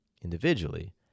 individually